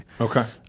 Okay